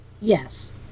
Yes